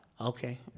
Okay